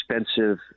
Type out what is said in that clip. expensive